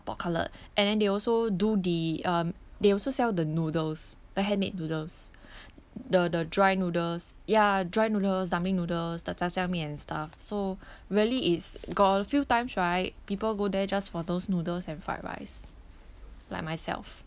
pork cutlet and then they also do the um they also sell the noodles the handmade noodles the the dry noodles ya dry noodles dumpling noodles the 炸酱面 and stuff so really it's got a few times right people go there just for those noodles and fried rice like myself